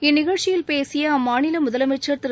இந்நிகழ்ச்சியில் பேசிய அம்மாநில முதலமைச்சர் திரு